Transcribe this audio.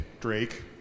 Drake